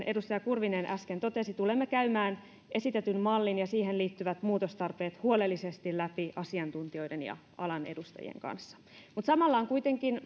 edustaja kurvinen äsken totesi tulemme käymään esitetyn mallin ja siihen liittyvät muutostarpeet huolellisesti läpi asiantuntijoiden ja alan edustajien kanssa samalla on kuitenkin